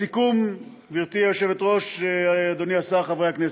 לסיכום, גברתי היושבת-ראש, אדוני השר, חברי הכנסת,